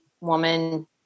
woman